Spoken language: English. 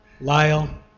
Lyle